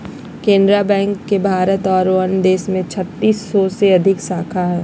Canara bank के भारत आरो अन्य देश में छत्तीस सौ से अधिक शाखा हइ